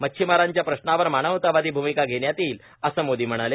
मच्छीमारांच्या प्रश्नांवर मानवतावादी भूमिका घेण्यात येईल असं मोदी म्हणाले